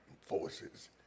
forces